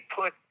put